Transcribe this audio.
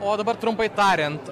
o dabar trumpai tariant